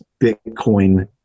Bitcoin